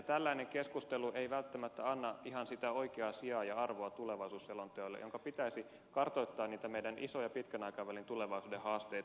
tällainen keskustelu ei välttämättä anna ihan sitä oikeaa sijaa ja arvoa tulevaisuusselonteolle jonka pitäisi kartoittaa niitä meidän isoja pitkän aikavälin tulevaisuuden haasteitamme